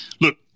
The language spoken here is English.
look